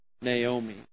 Naomi